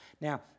Now